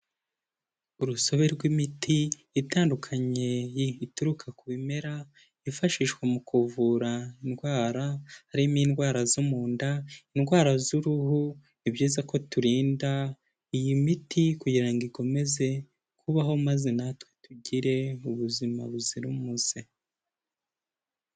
Urusobe rw'imiti itandukanye ituruka ku bimera, yifashishwa mu kuvura indwara harimo indwara zo mu nda, indwara z'uruhu, ni ibyiza ko turinda iyi miti kugira ngo ikomeze kubaho maze natwe tugire ubuzima buzira umuze.